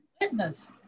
Witness